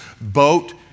boat